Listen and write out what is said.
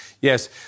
yes